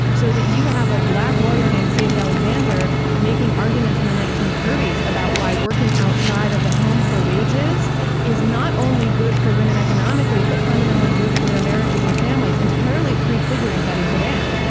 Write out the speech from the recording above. so that you have a black lawyer named sadie alexander making arguments in the nineteen thirty s about why working outside of the home for wages is not only good for women economically, but fundamentally good for their marriages and families, entirely prefiguring betty friedan.